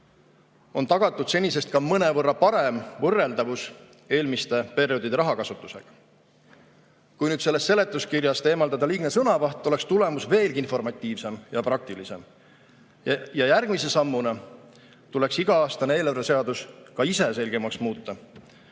On tagatud ka senisest mõnevõrra parem võrreldavus eelmiste perioodide rahakasutusega. Kui nüüd sellest seletuskirjast eemaldada liigne sõnavaht, oleks tulemus veelgi informatiivsem ja praktilisem. Järgmise sammuna tuleks iga-aastane eelarveseadus ka ise selgemaks muuta,